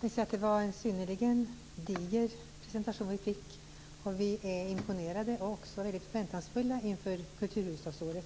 Herr talman! Det var en synnerligen diger presentation vi fick. Vi är imponerade av, och också väldigt förväntansfulla inför, kulturhuvudstadsåret.